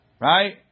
Right